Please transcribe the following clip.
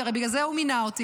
כי הרי בגלל זה הוא מינה אותי,